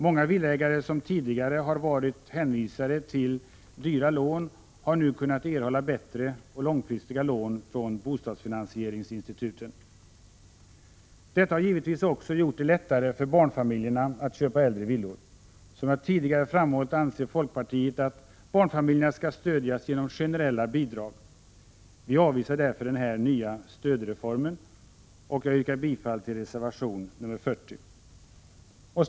Många villaägare som tidigare har varit hänvisade till dyra lån har nu kunnat erhålla bättre och långfristiga lån från bostadsfinansieringsinstituten. Detta har givetvis också gjort det lättare för barnfamiljerna att köpa äldre villor. Som jag tidigare framhållit anser folkpartiet att barnfamiljerna skall stödjas genom generella bidrag. Vi avvisar därför den här nya stödformen. Jag yrkar bifall till reservation 40. Herr talman!